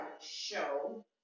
show